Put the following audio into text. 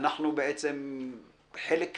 אנחנו בעצם חלק ניכר,